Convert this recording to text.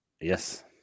Yes